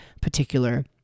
particular